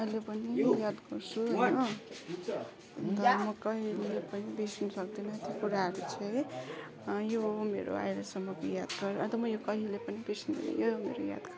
अहिले पनि याद गर्छु होइन अन्त म कहिले पनि बिर्सिनु सक्दिनँ त्यो कुराहरू चैँ है यो मेरो अहिले सम्मको यादगार अन्त म यो कहिले पनि बिर्सिन्दैन यो हो मेरो यादगार